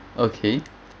okay